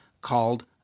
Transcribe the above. called